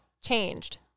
changed